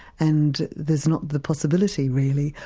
and there's not the possibility, really,